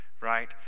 Right